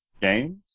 games